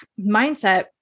mindset